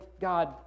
God